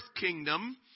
kingdom